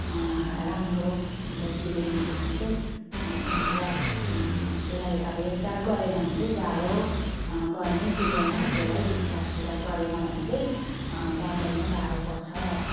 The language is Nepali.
राम्रो छ जिरेनियम प्लान्ट चाहिँ र त्यसलाई अब हेरचार गरेन भने चाहिँ जाडो गर्मी दुवैमा त्यसलाई स्याहारसुसार गरेन भने चाहिँ बचाउनु गाह्रो पर्छ